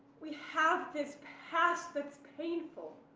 we have this past that's painful.